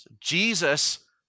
Jesus